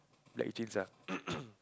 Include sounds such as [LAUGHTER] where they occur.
black jeans ah [NOISE]